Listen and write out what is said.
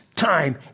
time